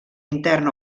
intern